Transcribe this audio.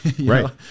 Right